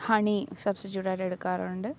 honey സബ്സ്റ്റിറ്റൂറ്റായിട്ട് എടുക്കാറുണ്ട്